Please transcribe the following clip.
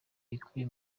bikubiye